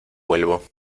vuelvo